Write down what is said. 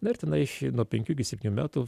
na ir tenai nuo penkių iki septynių metų